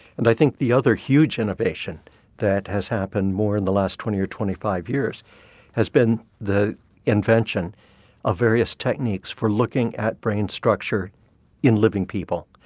and i think the other huge innovation that has happened more in the last twenty or twenty five years has been the invention of various techniques for looking at brain structure in living people.